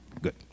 Good